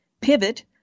pivot